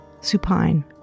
supine